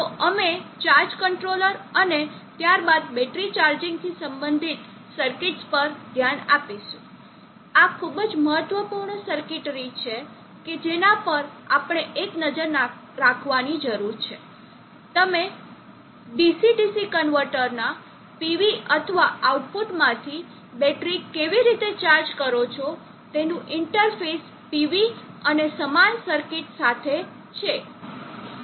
તો અમે charge controller અને ત્યારબાદ બેટરી ચાર્જિંગથી સંબંધિત સર્કિટ્સ પર ધ્યાન આપીશું આ ખૂબ જ મહત્વપૂર્ણ સર્કિટરી છે કે જેના પર આપણે એક નજર રાખવાની જરૂર છે તમે DC DC કન્વર્ટરના PV અથવા આઉટપુટમાંથી બેટરી કેવી રીતે ચાર્જ કરો છો જેનું ઇન્ટરફેસ PV અને સમાન સર્કિટ્સ સાથે છે